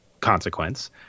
consequence